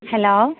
hello